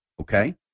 okay